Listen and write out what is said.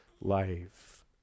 life